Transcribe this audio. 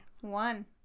One